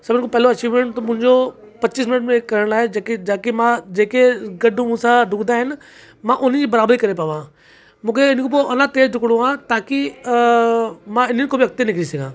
सभिनि खां पहिरीं अचीवमेंट त मुंहिंजो पंजवीह मिन्ट में हीअ करण आहे जेके जाके मां जेके गॾु मूंसां ॾुकंदा आहिनि मां उन जी बराबरी करे पायां मूंखे हिन खां पोइ अञा तेज ॾुकिणो आहे ताकि मां इन्हनि खां बि अॻिते निकिरी सघां